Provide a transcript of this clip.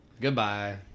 goodbye